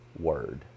word